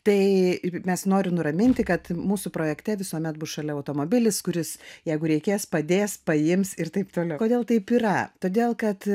tai ir mes noriu nuraminti kad mūsų projekte visuomet bus šalia automobilis kuris jeigu reikės padės paims ir taip toliau kodėl taip yra todėl kad